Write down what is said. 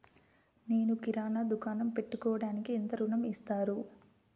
నేను కిరాణా దుకాణం పెట్టుకోడానికి ఎంత ఋణం ఇస్తారు?